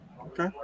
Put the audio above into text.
Okay